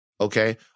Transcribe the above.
Okay